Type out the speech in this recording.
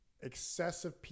excessive